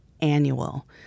annual